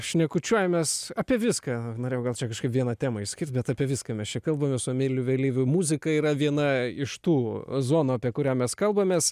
šnekučiuojamės apie viską norėjau gal čia kažkaip vieną temą išskirt bet apie viską mes čia kalbamės su emiliu vėlyviu muzika yra viena iš tų zonų apie kurią mes kalbamės